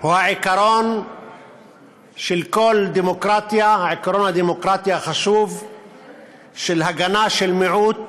הוא העיקרון הדמוקרטי החשוב של הגנה של מיעוט